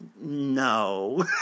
No